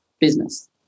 business